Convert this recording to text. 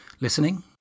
listening